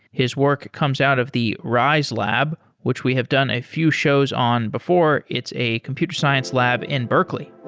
his work comes out of the riselab, which we have done a few shows on before. it's a computer science lab in berkley.